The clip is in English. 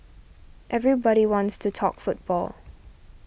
everybody wants to talk football